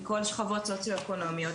מכל השכבות הסוציו אקונומיות,